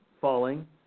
falling